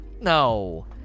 no